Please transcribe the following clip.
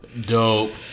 Dope